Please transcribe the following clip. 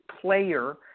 player –